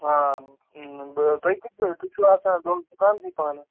آ بہٕ تُہۍ کٔژِ بجہِ تُہۍ چھُو آسان دۄہس دُکانسٕے پانہٕ